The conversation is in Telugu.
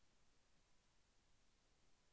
పెట్టుబడి వల్ల లాభం మరియు నష్టం రెండు ఉంటాయా?